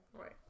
Right